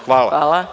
Hvala.